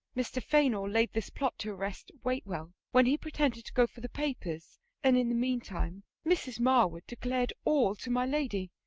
mr. fainall laid this plot to arrest waitwell, when he pretended to go for the papers and in the meantime mrs. marwood declared all to my lady.